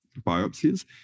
biopsies